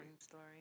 story